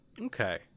Okay